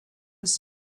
was